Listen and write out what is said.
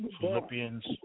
Philippians